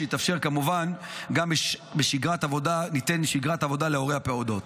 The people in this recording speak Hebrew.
שתאפשר גם שגרת עבודה להורי הפעוטות.